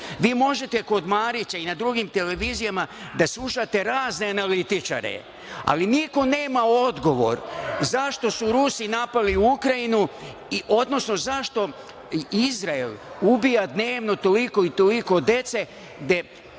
možete kod Marića i na drugim televizijama da slušate razne analitičare, ali niko nema odgovor zašto su Rusi napali Ukrajinu, odnosno zašto Izrael ubija dnevno toliko i toliko dece,